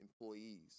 employees